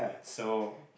so